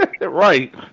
Right